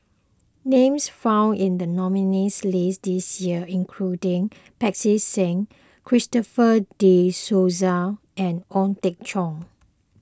names found in the nominees' list this year including Pancy Seng Christopher De Souza and Ong Teng Cheong